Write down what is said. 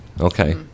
Okay